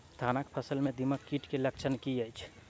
धानक फसल मे दीमक कीट केँ लक्षण की अछि?